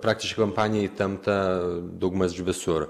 praktiškai kampanija įtempta daugmaž visur